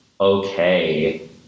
okay